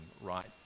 right